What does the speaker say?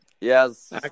yes